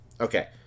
okay